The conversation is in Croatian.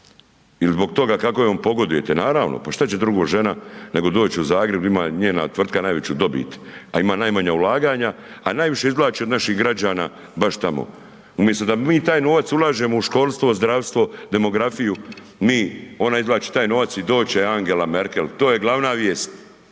zbog toga kako joj pogodujete. Naravno pa šta će drugo žena nego doći u Zagreb ima njena tvrtka najveću dobit, a ima najmanje ulaganja, a najviše izvlaći od naših građana baš tamo. Umjesto da mi taj novac ulažemo u školstvo, zdravstvo, demografiju, mi ona izvlači taj novac i doći će Angela Merkel, to je glavna vijest.